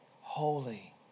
holy